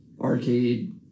arcade